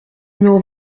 numéro